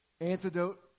antidote